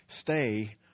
Stay